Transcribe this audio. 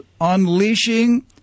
unleashing